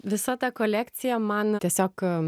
visa ta kolekcija man tiesiog